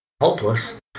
hopeless